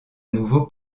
nouveau